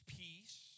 peace